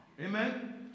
Amen